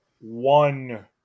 one